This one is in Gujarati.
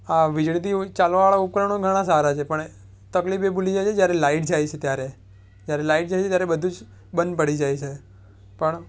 આ વીજળીથી ચાલવાવાળા ઉપકરણો ઘણા સારા છે પણ એ તકલીફ એ પડી જાય છે જ્યારે લાઇટ જાય છે ત્યારે જ્યારે લાઇટ જાય છે ત્યારે બધું જ બંધ પડી જાય છે પણ